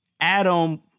Adam